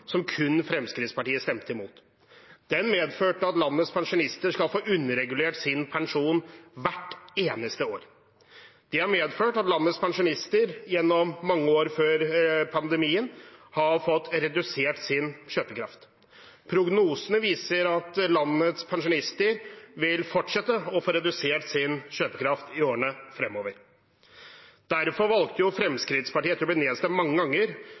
som kun Fremskrittspartiet stemte imot. Den medførte at landets pensjonister skal få underregulert sin pensjon hvert eneste år. Det har medført at landets pensjonister gjennom mange år før pandemien har fått redusert sin kjøpekraft. Prognosene viser at landets pensjonister vil fortsette å få redusert sin kjøpekraft i årene fremover. Derfor valgte Fremskrittspartiet, etter å ha blitt nedstemt mange ganger,